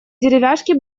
деревяшки